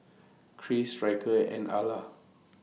Kris Ryker and Ala